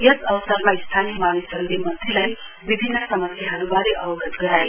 यस अवसरमा स्थानीय मानिसहरूले मन्त्रीलाई विभिन्न समस्याहरूबारे अवगत गराए